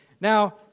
Now